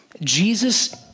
Jesus